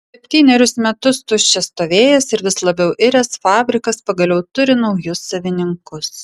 septynerius metus tuščias stovėjęs ir vis labiau iręs fabrikas pagaliau turi naujus savininkus